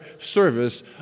service